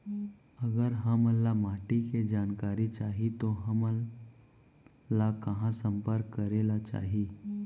अगर हमन ला माटी के जानकारी चाही तो हमन ला कहाँ संपर्क करे ला चाही?